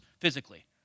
physically